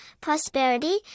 prosperity